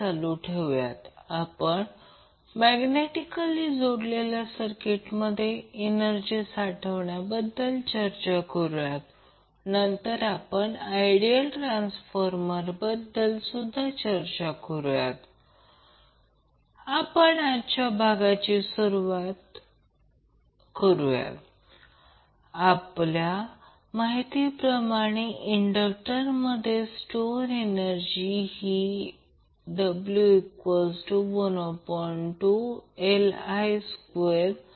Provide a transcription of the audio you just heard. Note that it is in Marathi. Debapriya Das department of electrical engineering Indian institute of technology Kharagpur lecture 45 resonance and maximum power transfer theorem continue